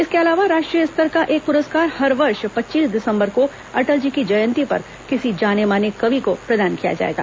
इसके अलावा राष्ट्रीय स्तर का एक पुरस्कार हर वर्ष पच्चीस दिसंबर को अटल जी की जयंती पर किसी जाने माने कवि को प्रदान किया जाएगा